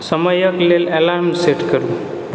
समयके लेल alarm set करू